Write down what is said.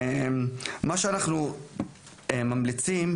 מה שאנחנו ממליצים,